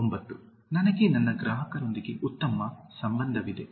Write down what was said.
9 ನನಗೆ ನನ್ನ ಗ್ರಾಹಕರೊಂದಿಗೆ ಉತ್ತಮ ಸಂಬಂಧವಿದೆ